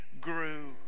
grew